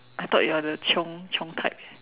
I thought you are the chiong chiong type